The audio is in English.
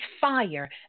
fire